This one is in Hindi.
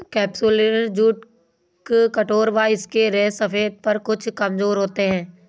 कैप्सुलैरिस जूट कठोर व इसके रेशे सफेद पर कुछ कमजोर होते हैं